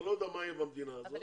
אני לא יודע מה יהיה במדינה הזאת,